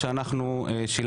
לפני התיקון שעשתה